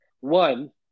One